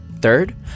Third